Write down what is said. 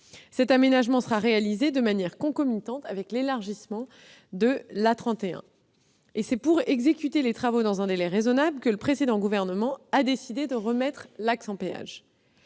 Cet aménagement sera réalisé de manière concomitante avec l'élargissement de l'autoroute A31. C'est afin d'exécuter ces travaux dans un délai raisonnable que le précédent gouvernement avait décidé de mettre cet axe en péage.